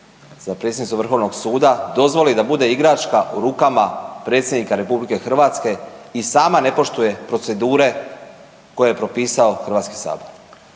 za predsjednicu Vrhovnog suda dozvoli da bude igračka u rukama predsjednica RH i sama ne poštuje procedure koje je propisao Hrvatski sabor.